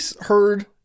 heard